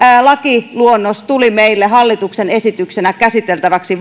lakiluonnos tuli meille valiokuntaan hallituksen esityksenä käsiteltäväksi